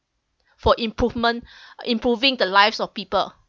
for improvement improving the lives of people